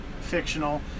fictional